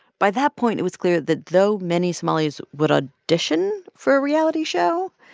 by that point, it was clear that though many somalis would audition for a reality show,